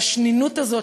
והשנינות הזאת,